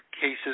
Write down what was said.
cases